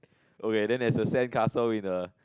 okay then there's a sand castle in the